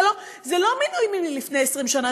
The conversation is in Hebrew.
זה לא מינוי מלפני 20 שנה,